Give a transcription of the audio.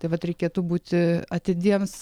tai vat reikėtų būti atidiems